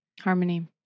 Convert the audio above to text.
Harmony